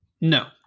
no